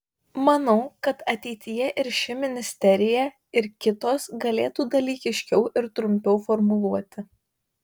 manau kad ateityje ir ši ministerija ir kitos galėtų dalykiškiau ir trumpiau formuluoti